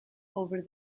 over